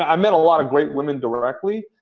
i met a lot of great women directly.